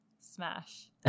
Smash